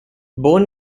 born